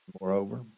Moreover